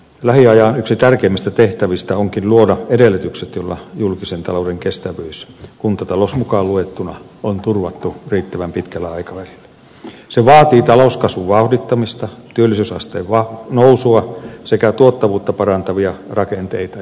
lähiajan yksi tärkeimmistä tehtävistä onkin luoda edellytykset olla julkisen talouden kestävyys kuntatalous mukaanluettuna on turvattu riittävän pitkällä aikavälillä syvää talouskasvun vauhdittamista kyljysaste vaan nousua sekä tuottavuutta parantavia rakenteita